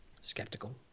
skeptical